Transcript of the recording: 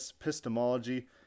Epistemology